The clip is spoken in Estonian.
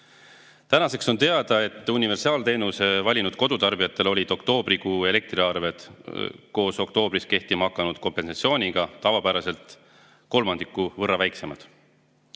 Tänaseks on teada, et universaalteenuse valinud kodutarbijatel olid oktoobrikuu elektriarved koos oktoobris kehtima hakanud kompensatsiooniga tavapärasest kolmandiku võrra väiksemad. Ehkki